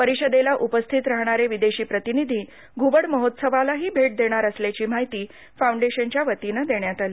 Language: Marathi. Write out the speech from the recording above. परिषदेला उपस्थित असणारे विदेशी प्रतिनिधी घूबड महोत्सवालाही भेट देणार असल्याची माहिती फौंडेशनच्या वतीने देण्यात आली